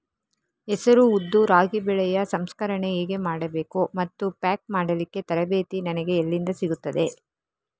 ಹೆಸರು, ಉದ್ದು, ರಾಗಿ ಬೆಳೆಯ ಸಂಸ್ಕರಣೆ ಹೇಗೆ ಮಾಡಬೇಕು ಮತ್ತು ಪ್ಯಾಕ್ ಮಾಡಲಿಕ್ಕೆ ತರಬೇತಿ ನನಗೆ ಎಲ್ಲಿಂದ ಸಿಗುತ್ತದೆ?